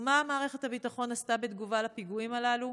ומה מערכת הביטחון עשתה בתגובה על הפיגועים הללו?